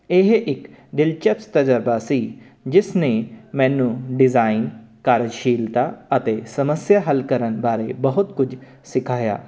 ਇਹ ਇੱਕ ਦਿਲਚਸਪ ਤਜ਼ਰਬਾ ਸੀ ਜਿਸਨੇ ਮੈਨੂੰ ਡਿਜਾਇਨ ਕਾਰਜਸ਼ੀਲਤਾ ਅਤੇ ਸਮੱਸਿਆ ਹੱਲ ਕਰਨ ਬਾਰੇ ਬਹੁਤ ਕੁਝ ਸਿਖਾਇਆ